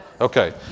Okay